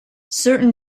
certain